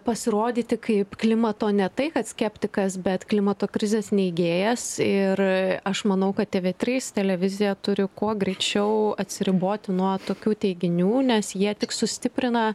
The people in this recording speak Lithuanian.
pasirodyti kaip klimato ne tai kad skeptikas bet klimato krizės neigėjas ir aš manau kad tėvė trys televizija turi kuo greičiau atsiriboti nuo tokių teiginių nes jie tik sustiprina